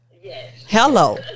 Hello